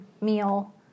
meal